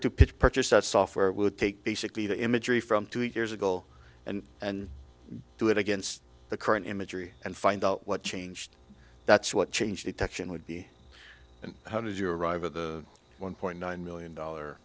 to put purchase that software would take basically the imagery from two years ago and and do it against the current imagery and find out what changed that's what change detection would be and how did you arrive at the one point nine million dollar